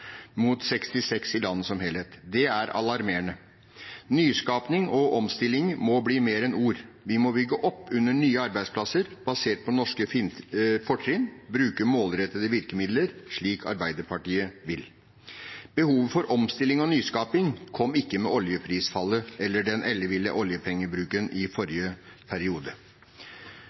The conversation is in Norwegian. mot 66 pst. i landet som helhet. Det er alarmerende. Nyskaping og omstilling må bli mer enn ord. Vi må bygge opp under nye arbeidsplasser, basert på norske fortrinn, bruke målrettede virkemidler slik Arbeiderpartiet vil. Behovet for omstilling og nyskaping kom ikke med oljeprisfallet eller den elleville oljepengebruken i forrige periode.